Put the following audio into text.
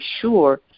sure